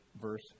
verse